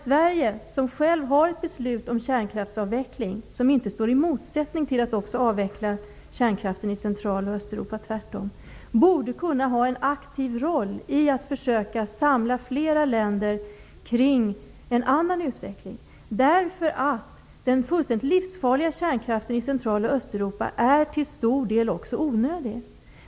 Sverige, som alltså har fattat ett beslut om kärnkraftsavveckling som inte står i motsättning till en avveckling av kärnkraften i Central och Östeuropa -- tvärtom --, borde kunna ha en aktiv roll i fråga om att försöka samla flera länder kring en annan utveckling. Den fullständigt livsfarliga kärnkraften i Central och Östeuropa är nämligen till stor del onödig.